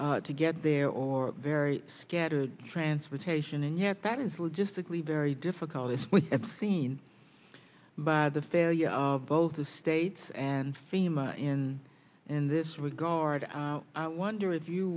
to get there or very scattered transportation and yet that is logistically very difficult as we have seen by the failure of both the states and fema in in this regard i wonder if you